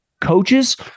coaches